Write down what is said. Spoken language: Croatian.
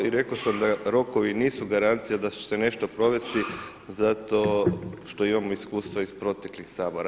I rekao sam da rokovi nisu garancija da će se nešto provesti zato što imamo iskustva iz proteklih Sabora.